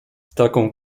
taką